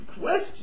question